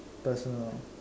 personal